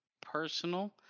personal